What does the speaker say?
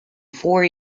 four